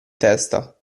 testa